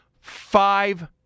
five